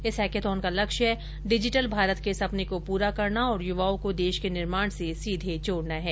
इस हेकेथॉन का लक्ष्य डिजिटल भारत के सपर्न को पूरा करना और युवाओं को देश के निर्माण से सीधे जोड़ना है